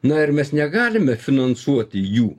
na ir mes negalime finansuoti jų